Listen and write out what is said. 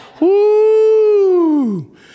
Woo